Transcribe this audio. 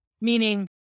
meaning